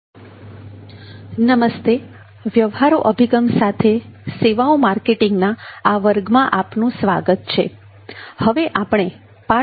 હવે આપણે પાઠ નંબર 24 પર ચર્ચા કરીશું